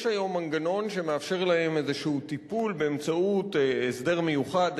יש היום מנגנון שמאשר להם איזשהו טיפול באמצעות הסדר מיוחד,